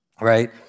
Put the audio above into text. right